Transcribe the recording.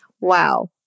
wow